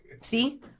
See